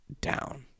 down